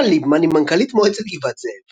שירה ליבמן היא מנכ"לית מועצת גבעת זאב.